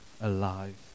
alive